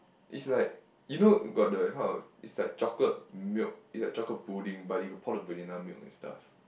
is like you know got the kind of it's like chocolate milk it's like chocolate pudding but they got pour the vanilla milk and stuff